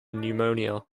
pneumonia